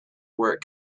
work